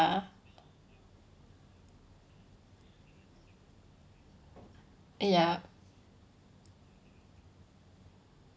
yup